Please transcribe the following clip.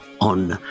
on